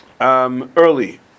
Early